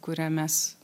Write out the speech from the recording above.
kuria mes